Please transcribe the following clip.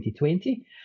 2020